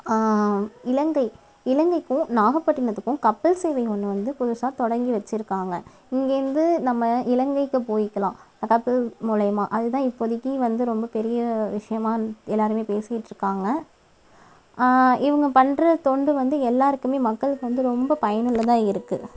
இலங்கை இலங்கைக்கும் நாகப்பட்டினத்துக்கும் கப்பல் சேவை ஒன்று வந்து புதுசாக தொடங்கி வச்சிருக்காங்க இங்கேயிருந்து நம்ம இலங்கைக்கு போய்க்கிலாம் கப்பல் மூலயமாக அதுதான் இப்போதைக்கி வந்து ரொம்ப பெரிய விஷயமாக எல்லாருமே பேசிகிட்டிருக்காங்க இவங்க பண்ணுற தொண்டு வந்து எல்லாருக்குமே மக்களுக்கு வந்து ரொம்ப பயனுள்ளதாக இருக்குது